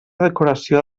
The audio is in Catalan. decoració